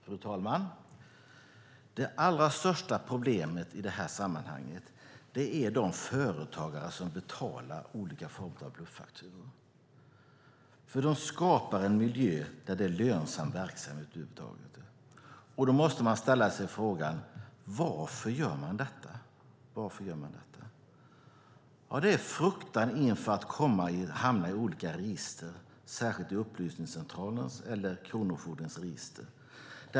Fru talman! Det allra största problemet i sammanhanget är de företagare som betalar olika former av bluffakturor. De skapar en miljö där det är en lönsam verksamhet. Varför gör de så? Ja, det är fruktan att hamna i olika register, särskilt i Upplysningscentralens eller kronofogdens register.